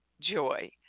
joy